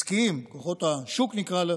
עסקיים, כוחות השוק, נקרא להם,